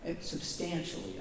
substantially